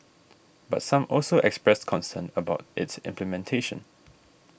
but some also expressed concerns about its implementation